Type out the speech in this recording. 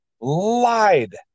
lied